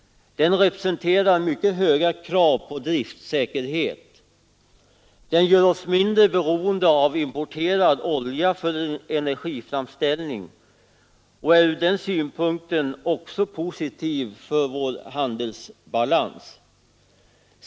Den representerar mycket höga krav på driftsäkerhet. Den gör oss mindre beroende av importerad olja för energiframställning och är ur denna synpunkt också positiv för vår handelsbalans.